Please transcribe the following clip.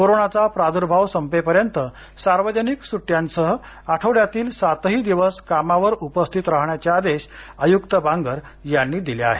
कोरोनाचा प्रादुर्भाव संपेपर्यंत सार्वजनिक सुट्ट्यांसह आठवड्यातील सातही दिवस कामावर उपस्थित राहण्याचे आदेश आयुक्त बांगर यांनी दिले आहेत